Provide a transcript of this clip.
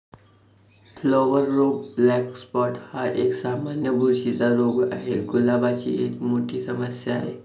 flower रोग black spot हा एक, सामान्य बुरशीचा रोग आहे, गुलाबाची एक मोठी समस्या आहे